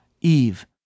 Eve